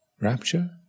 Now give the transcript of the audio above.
rapture